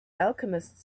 alchemist